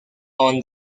won